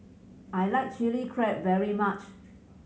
I like Chilli Crab very much